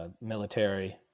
Military